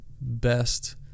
best